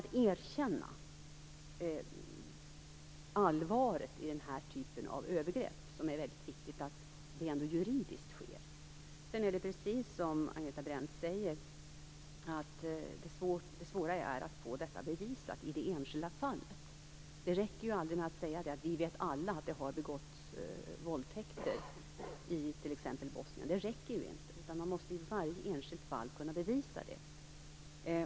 Det är även juridiskt väldigt viktigt att allvaret i den här typen av övergrepp erkänns. Det är vidare precis så som Agneta Brendt säger, att det svåra är att få övergreppet bevisat i det enskilda fallet. Det räcker ju aldrig merd att säga att vi alla vet att det har begåtts våldtäkter i t.ex. Bosnien, utan man måste i varje enskilt fall kunna bevisa det.